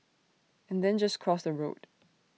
and then just cross the road